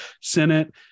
Senate